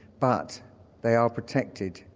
but they are protected,